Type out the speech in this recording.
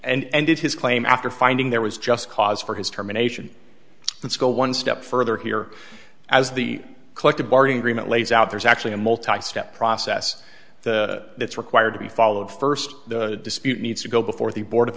end it his claim after finding there was just cause for his terminations let's go one step further here as the collective bargaining agreement lays out there's actually a multi step process that's required to be followed first the dispute needs to go before the board of